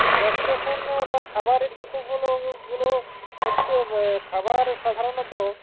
gas station বা খাবারের বিকল্পগগুলো হচ্ছে খাবার সাধারণত